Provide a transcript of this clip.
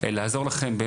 לעזור לכם,